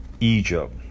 Egypt